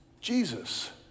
Jesus